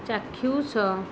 ଚାକ୍ଷୁଷ